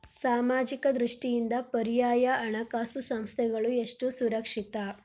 ಸಾಮಾಜಿಕ ದೃಷ್ಟಿಯಿಂದ ಪರ್ಯಾಯ ಹಣಕಾಸು ಸಂಸ್ಥೆಗಳು ಎಷ್ಟು ಸುರಕ್ಷಿತ?